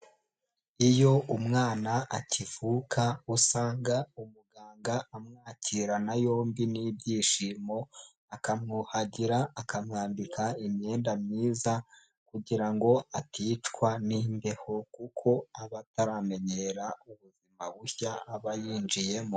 Iyo umwana akivuka usanga umuganga amwakirana yombi n'ibyishimo akamwuhagira, akamwambika imyenda myiza, kugira ngo aticwa n'imbeho kuko aba ataramenyera ubuzima bushya aba yinjiyemo.